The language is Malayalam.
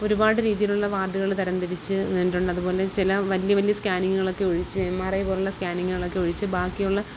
ഒരുപാട് രീതിയിലുള്ള വാർഡുകൾ തരം തിരിച്ചു വന്നിട്ടുണ്ടതുപോലെ ചില വലിയ വലിയ സ്കാനിങ്ങുകളൊക്കെ ഒഴിച്ച് എം ആർ ഐ പോലുള്ള സ്കാനിങ്ങുകളൊക്കെ ഒഴിച്ചു ബാക്കിയുള്ള